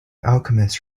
alchemist